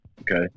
okay